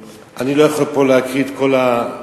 אני לא יכול פה להקריא את שמות כל האנשים,